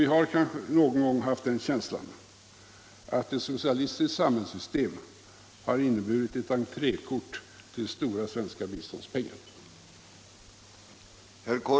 Vi har kanske någon gång haft den känslan att ett socialistiskt samhällssystem har inneburit ett entrékort till stora svenska biståndspengar.